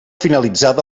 finalitzada